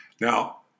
Now